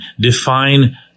define